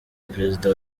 perezida